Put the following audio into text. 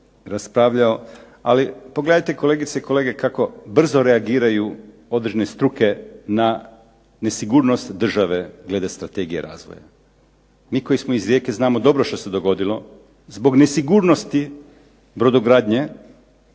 raspravljao ali pogledajte kolegice i kolege kako brzo reagiraju određene struke na nesigurnost države glede strategije razvoja. Mi koji smo iz Rijeke znamo dobro što se dogodilo zbog nesigurnosti brodogradnje